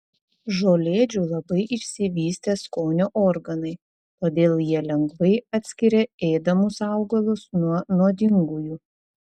žolėdžių labai išsivystę skonio organai todėl jie lengvai atskiria ėdamus augalus nuo nuodingųjų